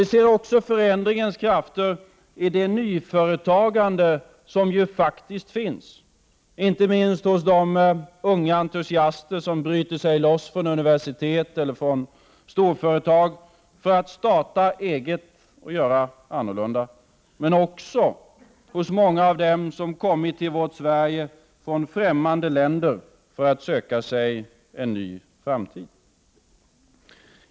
Vi ser också förändringens krafter i det nyföretagande som faktiskt finns, inte minst hos de unga entusiaster som bryter sig loss från universitet eller storföretag för att starta eget och göra annorlunda, men också hos många av dem som kommit till vårt Sverige från främmande länder för att söka sig en ny framtid.